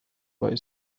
boy